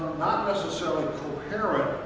not necessarily coherent,